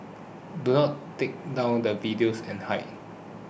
do not take down the videos and hide